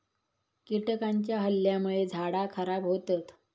कीटकांच्या हल्ल्यामुळे झाडा खराब होतत